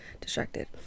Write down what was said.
distracted